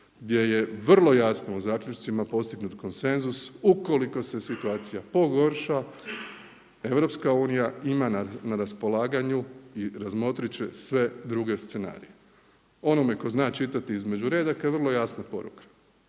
gdje je vrlo jasno u zaključcima postignut konsenzus ukoliko se situacija pogorša EU ima na raspolaganju i razmotrit će sve druge scenarije. Onome tko zna čitati između redaka vrlo jasna poruka,